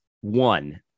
one